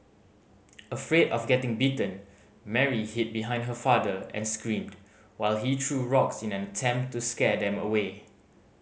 afraid of getting bitten Mary hid behind her father and screamed while he threw rocks in an attempt to scare them away